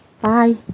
Bye